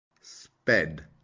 sped